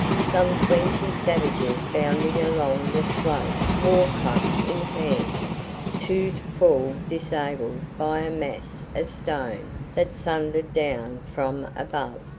some twenty savages bounding along the slope war-club in hand, two to fall disabled by a mass of stone that thundered down from above.